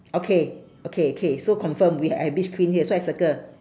okay okay K so confirm we I have beach queen here so I circle